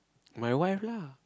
my wife lah